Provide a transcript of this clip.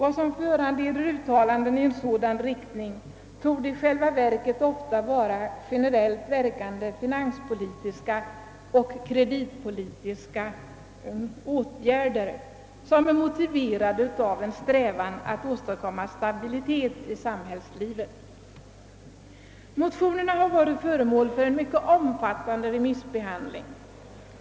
Vad som föranleder uttalanden i sådan riktning torde i själva verket ofta vara generellt verkande finanspolitiska och kreditpolitiska åtgärder, motiverade av en självklar strävan att åstadkomma stabilitet i samhällsekonomien.» Motionerna har varit föremål för en mycket omfattande remissbehandling.